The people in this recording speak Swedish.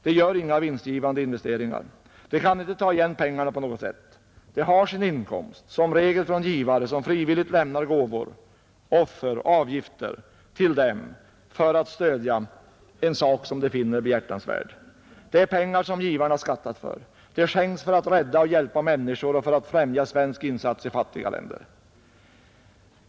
De gör inga vinstgivande investeringar. De kan inte ta igen pengarna på något sätt. De har sin inkomst från givare som frivilligt lämnar gåvor, offer och avgifter till dem för att stödja en sak som givarna finner behjärtansvärd. Det är pengar som givarna redan har skattat för, pengar som skänks för att rädda och hjälpa människor och för att främja svenska insatser i fattiga länder.